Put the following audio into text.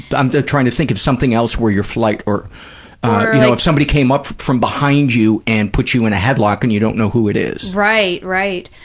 but i'm trying to think of something else where your flight or if somebody came up from behind you and put you in a headlock and you don't know who it is. right, right.